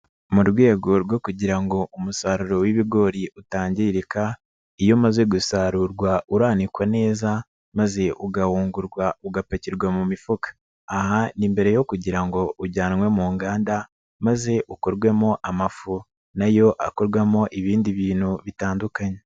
Mu rwego rwo kugira ngo umusaruro w'ibigori utangirika, iyo umaze gusarurwa uranikwa neza maze ugahungurwa, ugapakirwa mu mifuka. Aha ni mbere yo kugira ngo ujyanwe mu nganda maze ukorwemo amafu na yo akorwamo ibindi bintu bitandukanye.